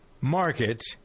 market